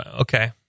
Okay